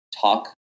talk